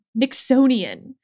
Nixonian